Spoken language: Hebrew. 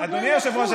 אדוני היושב-ראש,